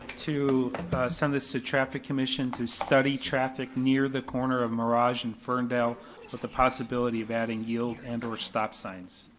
to send this to traffic commission to study traffic near the corner of mirage and ferndale with the possibility of adding yield and or stop signs.